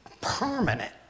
permanent